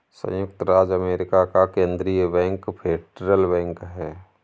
सयुक्त राज्य अमेरिका का केन्द्रीय बैंक फेडरल बैंक है